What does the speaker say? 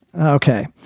Okay